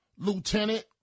Lieutenant